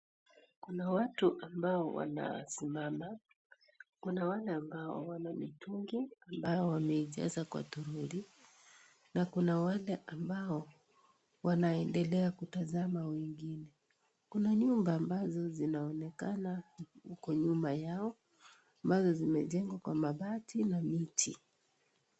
Watu ambao wanasimama, kuna wale ambao wana mitungi, ambao wameijaza kwa troli, na kuna wale ambao wanaendelea kutazama wengine. Kuna nyumba ambazo zinaonekana huku nyuma yao, ambazo zimejengwa kwa mabati na miti.